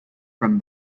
from